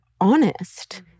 honest